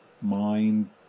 mind